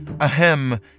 ahem